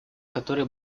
которые